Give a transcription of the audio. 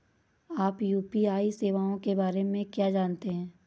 आप यू.पी.आई सेवाओं के बारे में क्या जानते हैं?